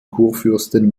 kurfürsten